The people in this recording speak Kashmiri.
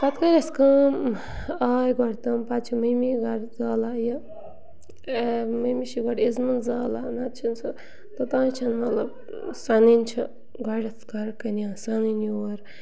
پَتہٕ کٔر اَسہِ کٲم آے گۄڈٕ تِم پَتہٕ چھِ مٔمی گۄڈٕ زالان یہِ آ مٔمی چھِ گۄڈٕ اِسبنٛد زالان نَتہٕ چھِنہٕ سۄ توٚتانۍ چھِنہٕ مطلب سۅنیٚنۍ چھِ گۄڈٕنٮ۪تھ گرٕ کٔنۍ آسٲنٕے یور